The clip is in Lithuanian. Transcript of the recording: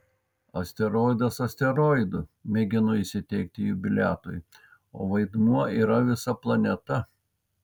asteroidas asteroidu mėginu įsiteikti jubiliatui o vaidmuo yra visa planeta